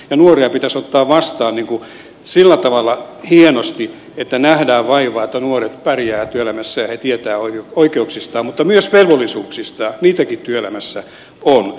nuoria pitäisi ottaa vastaan sillä tavalla hienosti että nähdään vaivaa että nuoret pärjäävät työelämässä ja he tietävät oikeuksistaan mutta myös velvollisuuksistaan niitäkin työelämässä on